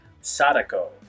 Sadako